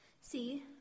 See